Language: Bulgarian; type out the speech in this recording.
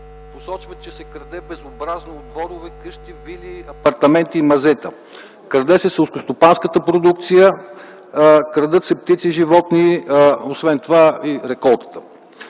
Посочват, че се краде безобразно от дворове, къщи, вили, апартаменти и мазета. Краде се селскостопанската продукция, крадат се птици и животни, освен това и реколтата.